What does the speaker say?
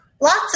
Lots